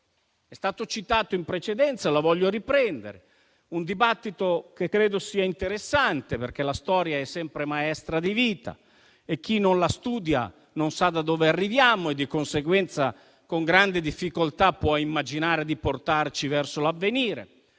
è stato citato prima, che credo sia interessante, perché la storia è sempre maestra di vita e chi non la studia non sa da dove arriviamo e di conseguenza, con grande difficoltà può immaginare di portarci verso l'avvenire.